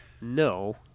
No